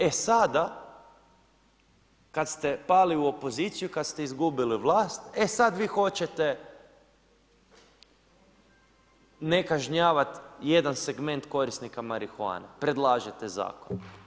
E sada kada ste pali u opoziciju, kada ste izgubili vlast e sada vi hoćete ne kažnjavati jedan segment korisnika marihuane, predlažete zakon.